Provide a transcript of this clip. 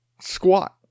squat